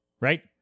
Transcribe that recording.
right